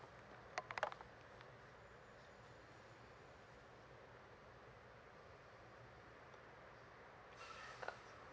uh